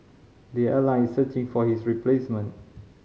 the airline is searching for his replacement